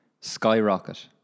skyrocket